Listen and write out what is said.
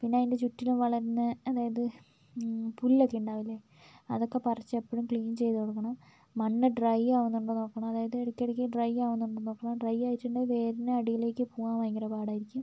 പിന്നെ അതിൻ്റെ ചുറ്റിലും വളരുന്ന അതായത് പുല്ലൊക്കെയുണ്ടാവില്ലേ അതൊക്കെ പറിച്ച് എപ്പോഴും ക്ളീൻ ചെയ്തുകൊടുക്കണം മണ്ണ് ഡ്രൈ ആവുന്നുണ്ടോ നോക്കണം അതായത് ഇടയ്ക്കിടക്ക് ഡ്രൈ ആവുന്നുണ്ടോ നോക്കണം ഡ്രൈ ആയിട്ടുണ്ടേൽ വേരിന് അടീലേക്ക് പോവാൻ ഭയങ്കര പാടായിരിക്കും